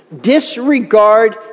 disregard